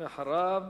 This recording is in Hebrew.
ואחריו,